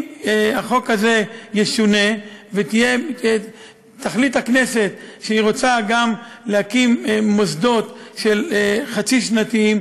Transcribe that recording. אם החוק הזה ישונה ותחליט הכנסת שהיא רוצה להקים גם מוסדות חצי-שנתיים